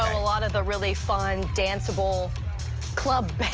a lot of the really fun danceable club